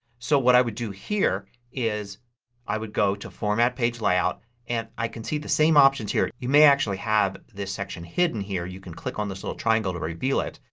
so what i would do here is i would go to format, page layout and i can see the same options here. you may actually have this section hidden here. you can click on this little triangle here to reveal it.